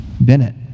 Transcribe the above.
Bennett